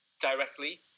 directly